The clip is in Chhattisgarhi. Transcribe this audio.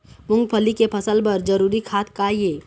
मूंगफली के फसल बर जरूरी खाद का ये?